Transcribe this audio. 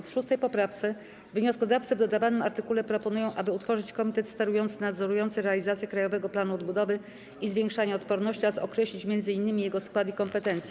W 6. poprawce wnioskodawcy w dodawanym artykule proponują, aby utworzyć Komitet Sterujący nadzorujący realizację Krajowego Planu Odbudowy i Zwiększania Odporności oraz określić m.in. jego skład i kompetencje.